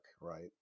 right